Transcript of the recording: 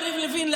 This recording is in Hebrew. יריב לוין,